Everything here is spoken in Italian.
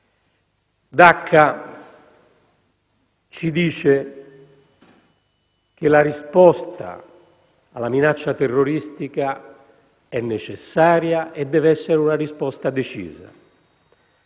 Dacca ci dice che la risposta alla minaccia terroristica è necessaria e deve essere decisa.